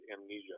amnesia